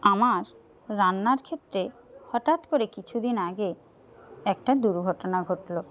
আমার রান্নার ক্ষেত্রে হঠাৎ করে কিছুদিন আগে একটা দুর্ঘটনা ঘটলো